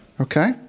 okay